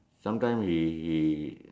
sometime he he